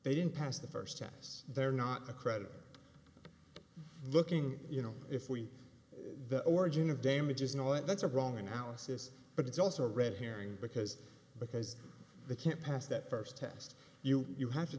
they didn't pass the first test they're not a credit looking you know if we the origin of damages and all that that's a wrong analysis but it's also a red herring because because they can't pass that first test you you have to